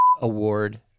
award